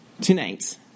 tonight